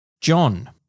john